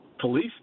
police